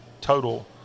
total